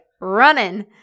running